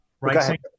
Right